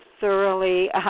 thoroughly